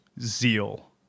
zeal